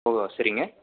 ஓ சரிங்க